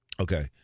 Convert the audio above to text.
Okay